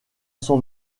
son